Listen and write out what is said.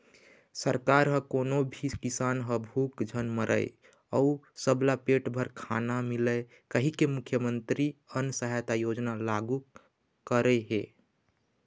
सरकार ह कोनो भी किसान ह भूख झन मरय अउ सबला पेट भर खाना मिलय कहिके मुख्यमंतरी अन्न सहायता योजना लागू करे हे